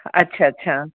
ਅੱਛਾ ਅੱਛਾ